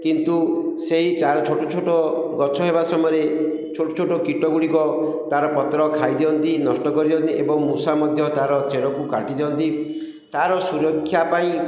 କିନ୍ତୁ ସେଇ ଚାରା ଛୋଟ ଛୋଟ ଗଛ ହେବା ସମୟରେ ଛୋଟ ଛୋଟ କୀଟ ଗୁଡ଼ିକ ତାର ପତ୍ର ଖାଇଦିଅନ୍ତି ନଷ୍ଟ କରିଦିଅନ୍ତି ଏବଂ ମୂଷା ମଧ୍ୟ ତାର ଚେରକୁ କାଟି ଦିଅନ୍ତି ତାର ସୁରକ୍ଷା ପାଇଁ